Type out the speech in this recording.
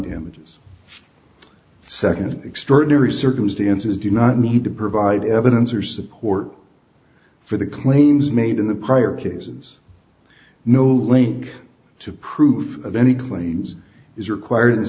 damages second extraordinary circumstances do not need to provide evidence or support for the claims made in the prior cases no link to prove of any claims is required